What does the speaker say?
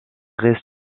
restes